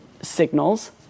signals